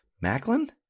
Macklin